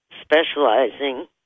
specializing